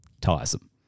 tiresome